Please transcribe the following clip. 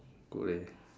good leh